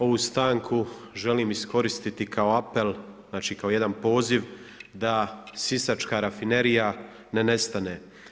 Ovu stanku želim iskoristiti kao apel kao jedan poziv da Sisačka rafinerija ne nestane.